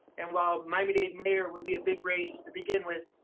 and while miami dade mayor would be a big race to begin with,